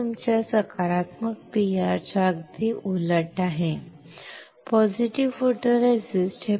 हे तुमच्या सकारात्मक पीआरच्या अगदी उलट आहे पॉझिटिव्ह फोटोरेसिस्ट